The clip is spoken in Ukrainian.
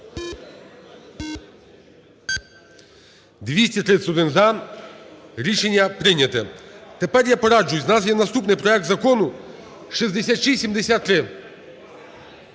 За-231 Рішення прийняте. Тепер я пораджусь. У нас є наступний проект Закону 6673.